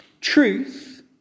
Truth